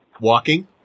walking